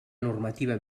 normativa